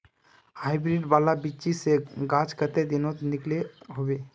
Hybrid वाला बिच्ची से गाछ कते दिनोत निकलो होबे?